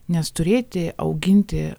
nes turėti auginti